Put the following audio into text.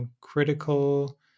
critical